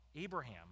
Abraham